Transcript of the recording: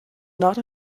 not